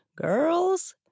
girls